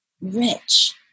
rich